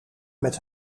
met